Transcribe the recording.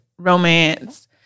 romance